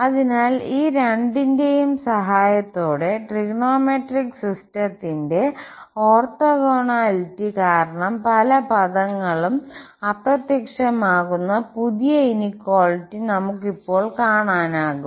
അതിനാൽ ഈ രണ്ടിന്റെയും സഹായത്തോടെ ട്രിഗണോമെട്രിക് സിസ്റ്റത്തിന്റെ ഓർത്തോഗോണാലിറ്റി കാരണം പല പദങ്ങളും അപ്രത്യക്ഷമാകുന്ന പുതിയ ഇനിക്വാളിറ്റി നമുക്ക് ഇപ്പോൾ കാണാനാകും